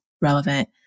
relevant